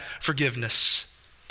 forgiveness